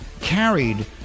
carried